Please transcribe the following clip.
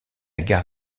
gare